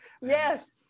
Yes